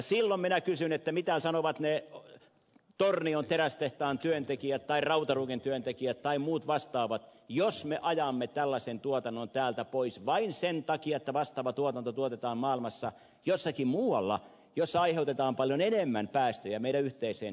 silloin minä kysyn mitä sanovat ne tornion terästehtaan työntekijät tai rautaruukin työntekijät tai muut vastaavat jos me ajamme tällaisen tuotannon täältä pois vain sen takia että vastaava tuotanto tuotetaan maailmassa jossakin muualla jossa aiheutetaan paljon enemmän päästöjä meidän yhteiseen ilmakehäämme